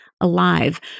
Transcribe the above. alive